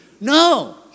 No